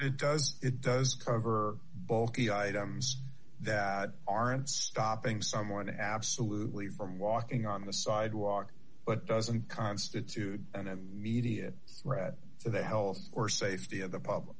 it does it does cover bulky items that aren't stopping someone to absolutely from walking on the sidewalk but doesn't constitute an immediate threat to the health or safety of the public